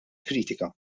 kritika